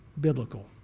biblical